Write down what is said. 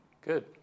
Good